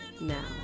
now